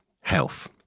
health